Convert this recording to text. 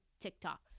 TikTok